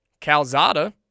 Calzada